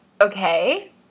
Okay